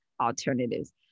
alternatives